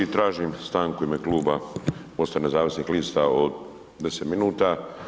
Tražim stanku u ime Kluba MOST-a nezavisnih lista od 10 minuta.